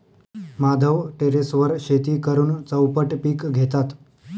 माधव टेरेसवर शेती करून चौपट पीक घेतात